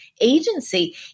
agency